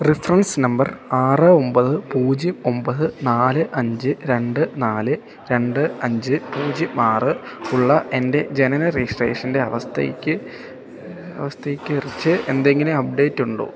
reference number ആറ് ഒമ്പത് പൂജ്യം ഒമ്പത് നാല് അഞ്ച് രണ്ട് നാല് രണ്ട് അഞ്ച് പൂജ്യം ആറ് ഉള്ള എൻ്റെ ജനന രജിസ്ട്രേഷൻ്റെ അവസ്ഥയ്ക്ക് അവസ്ഥയെക്കുറിച്ച് എന്തെങ്കിലും അപ്ഡേറ്റുണ്ടോ